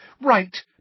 Right